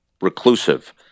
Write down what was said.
reclusive